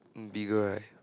bigger right